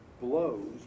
Blows